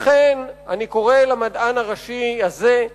לכן, אני קורא למדען הראשי הזה,